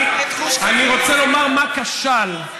אני רוצה לומר מה כשל,